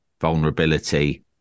vulnerability